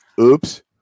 Oops